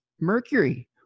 Mercury